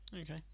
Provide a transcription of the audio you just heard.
okay